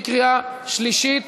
בקריאה שלישית.